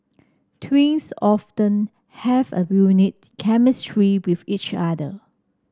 twins often have a unique chemistry with each other